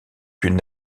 une